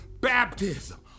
baptism